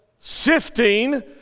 sifting